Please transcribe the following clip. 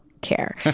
care